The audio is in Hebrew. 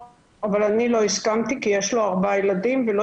אבל אני לא הסכמתי כי יש לו ארבעה ילדים ולא